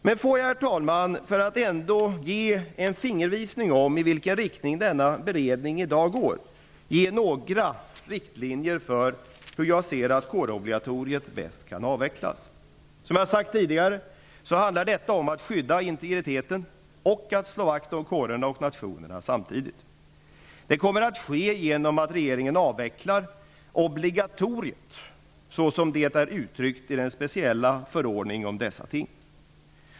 Men får jag, herr talman, för att ändå ge en fingervisning i vilken riktning den här beredningen arbetar i dag ge några riktlinjer för hur jag ser att kårobligatoriet bäst kan avvecklas. Som jag har sagt tidigare handlar det om att skydda integriteten och samtidigt slå vakt om kårerna och nationerna. Det kommer att ske genom att regeringen avvecklar obligatoriet såsom det är uttryckt i den speciella förordningen om dessa ting.